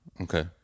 Okay